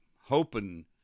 hoping